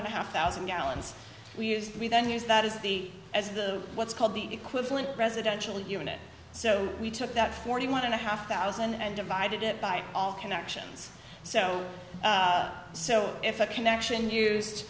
thousand gallons we used we then use that as the as the what's called the equivalent residential unit so we took that forty one and a half thousand and divided it by all connections so so if a connection